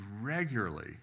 regularly